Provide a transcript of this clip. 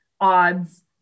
odds